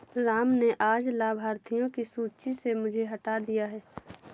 राम ने आज लाभार्थियों की सूची से मुझे हटा दिया है